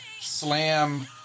slam